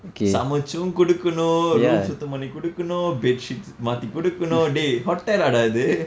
சமைச்சு கொடுக்கணும்:samaicchu kodukkunum room சுத்தம் பண்ணி கொடுக்கணும்:suttham panni kodukkunum bedsheet மாற்றி கொடுக்குனும்:matri kodukkunuum dey hotel ah இது:ithu